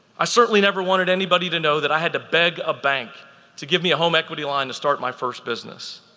i certainly never wanted anybody to know that i had to beg a bank to give me a home equity line to start my first business.